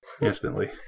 instantly